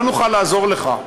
לא נוכל לעזור לך.